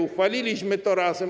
Uchwaliliśmy to razem.